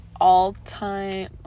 all-time